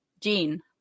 Gene